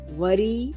worry